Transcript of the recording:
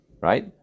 right